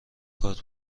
کارت